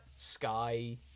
sky